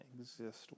exist